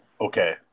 Okay